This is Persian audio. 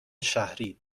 شهری